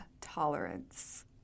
tolerance